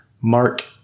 Mark